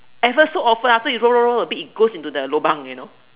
ever so often after you roll roll roll a bit it goes into the Loyang you know